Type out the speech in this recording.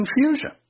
confusion